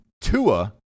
Tua